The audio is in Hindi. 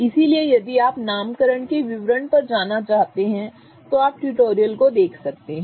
इसलिए यदि आप नामकरण के विवरण पर जाना चाहते हैं तो आप ट्यूटोरियल को देख सकते हैं